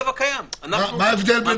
מה ההבדל בין